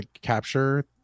capture